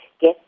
get